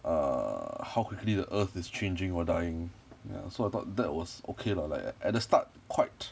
err how quickly the earth is changing or dying ya so I thought that was okay lah like at at the start quite